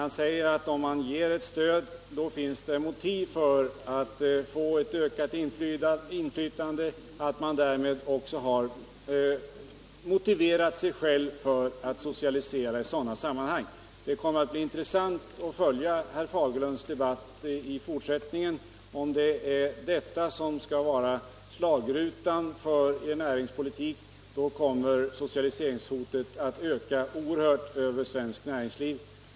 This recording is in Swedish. Han säger att om staten ger stöd finns det motiv för staten att få ett ökat inflytande och också att socialisera. Det kommer att bli intressant att följa herr Fagerlunds debatt i fortsättningen i den här frågan. Om detta skall vara slagrutan för socialdemokraternas näringspolitik, kommer socialiseringshotet mot svenskt näringsliv att öka oerhört.